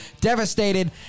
devastated